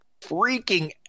freaking